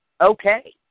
okay